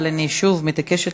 אבל אני שוב מתעקשת,